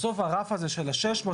בסוף הרף הזה של 600,